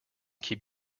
keep